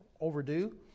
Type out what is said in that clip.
overdue